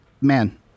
man